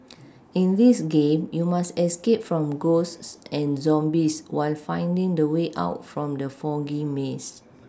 in this game you must escape from ghosts and zombies while finding the way out from the foggy maze